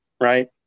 right